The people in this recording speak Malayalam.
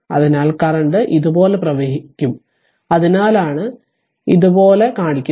അതിനാൽ കറന്റ് ഇതുപോലെ പ്രവഹിക്കും അതിനാലാണ് ഇത് ഇതുപോലെ കാണിക്കുന്നത്